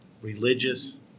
religious